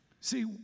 see